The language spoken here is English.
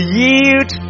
yield